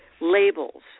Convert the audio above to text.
labels